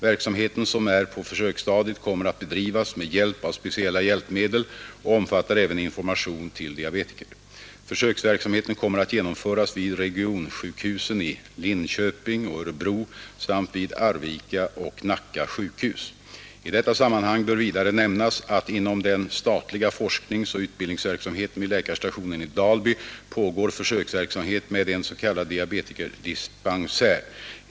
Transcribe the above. Verksamheten som är på försöksstadiet kommer att bedrivas med hjälp av speciella hjälpmedel och omfattar även information till diabetiker. Försöksverksamheten kommer att genomföras vid regionsjukhusen i Linköping och Örebro samt vid Arvika och Nacka sjukhus. I detta sammanhang bör vidare nämnas, att inom den statliga forskningsoch utbildningsverksamheten vid läkarstationen i Dalby pågår försöksverksamhet med en s.k. diabetesdispensär.